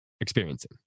experiencing